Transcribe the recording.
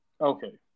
Okay